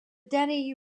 denny